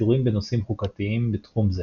הקשורים בנושאים חוקתיים בתחום זה.